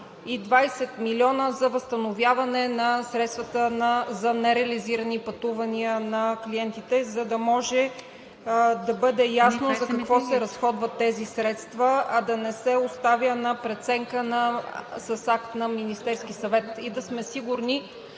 и 20 милиона за възстановяване на средствата за нереализирани пътувания на клиентите, за да може да бъде ясно за какво се разходват тези средства, а да не се оставя на преценка с акт на Министерския съвет и да сме сигурни,